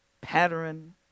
pattern